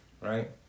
Right